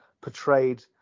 portrayed